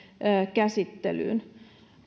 käsittelyyn